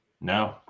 No